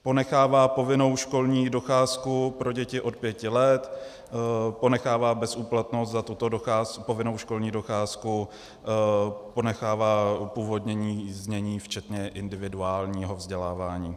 Ponechává povinnou školní docházku pro děti od pěti let, ponechává bezúplatnost za tuto povinnou školní docházku, ponechává původní znění, včetně individuálního vzdělávání.